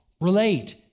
relate